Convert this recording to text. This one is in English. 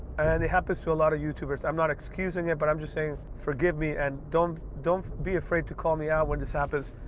and it happens to a lot of youtubers. i'm not excusing it, but i'm just saying forgive me and don't don't be afraid to call me out when this happens.